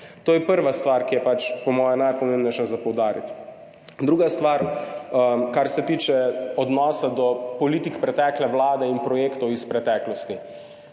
To je prva stvar, ki jo je pač po moje najpomembneje poudariti. Druga stvar, kar se tiče odnosa do politik pretekle vlade in projektov iz preteklosti.